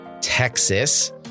Texas